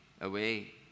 away